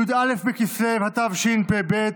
י"א בכסלו התשפ"ב,